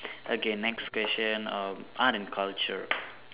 okay next question um art and culture